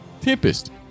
Tempest